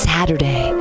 Saturday